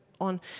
on